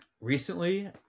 Recently